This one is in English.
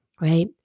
right